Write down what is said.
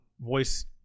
voice